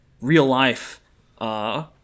real-life